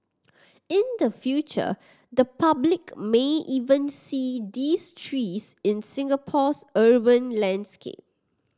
in the future the public may even see these trees in Singapore's urban landscape